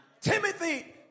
Timothy